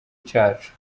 cyacu